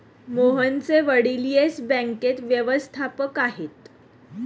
मोहनचे वडील येस बँकेत व्यवस्थापक आहेत